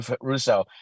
Russo